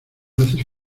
haces